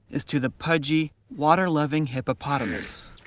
is to the pudgy, water-loving hippopotamus.